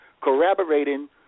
corroborating